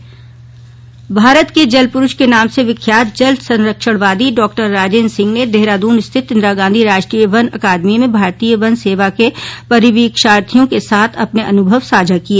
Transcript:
अनुभव साझा भारत के जलपुरुष के नाम से विख्यात जल संरक्षणवादी डॉ राजेन्द्र सिंह ने देहरादन स्थित इंदिरा गांधी राष्ट्रीय वन अकादमी में भारतीय वन सेवा के परिवीक्षार्थियों के साथ अपने अनुभव साझा किए